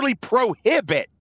prohibit